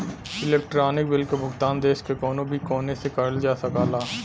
electronic bill क भुगतान देश के कउनो भी कोने से करल जा सकला